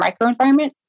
microenvironment